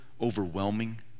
overwhelming